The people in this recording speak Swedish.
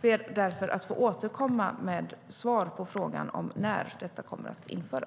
ber därför att få återkomma med svar på frågan om när detta kommer att införas.